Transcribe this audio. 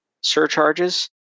surcharges